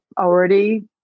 already